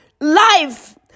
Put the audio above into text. life